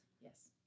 Yes